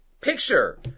picture